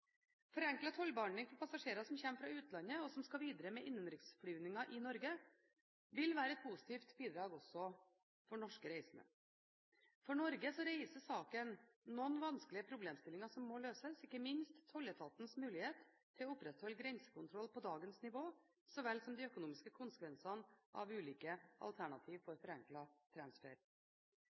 Forenklet tollbehandling for passasjerer som kommer fra utlandet, og som skal videre med innenriksflyvninger i Norge, vil være et positivt tiltak også for norske reisende. For Norge reiser saken noen vanskelige problemstillinger som må løses, ikke minst tolletatens mulighet til å opprettholde grensekontroll på dagens nivå så vel som de økonomiske konsekvensene av ulike alternativer for forenklet transfer.